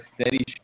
steady